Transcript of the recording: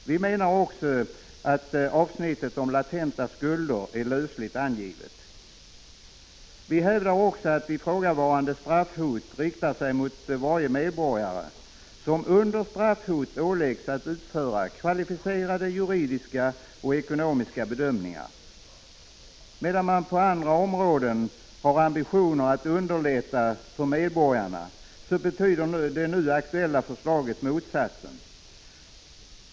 Vi menar också att avsnittet om latenta skulder är lösligt angivet. Vi hävdar vidare att ifrågavarande straffhot är riktat mot varje medborgare, som under straffhot åläggs att utföra kvalificerade juridiska och ekonomiska bedömningar. Medan man på andra områden har ambitioner att underlätta för medborgarna betyder det nu aktuella förslaget motsatsen.